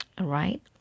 right